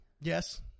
Yes